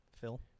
Phil